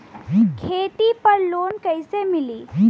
खेती पर लोन कईसे मिली?